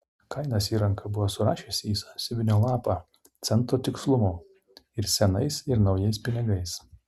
kainas ji ranka buvo surašiusi į sąsiuvinio lapą cento tikslumu ir senais ir naujais pinigais